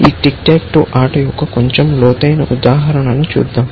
ఈ tic tac toe ఆట యొక్క కొంచెం లోతైన ఉదాహరణ ను చూద్దాం